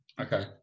Okay